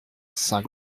saint